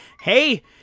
hey